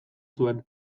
zuen